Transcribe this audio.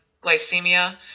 glycemia